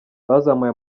bazamuye